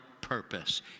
purpose